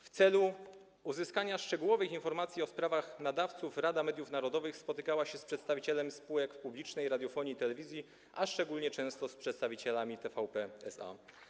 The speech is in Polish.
W celu uzyskania szczegółowych informacji o sprawach nadawców Rada Mediów Narodowych spotykała się z przedstawicielami spółek publicznej radiofonii i telewizji, szczególnie często z przedstawicielami TVP SA.